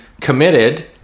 committed